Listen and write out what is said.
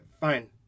fine